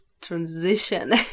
transition